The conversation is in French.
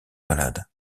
malade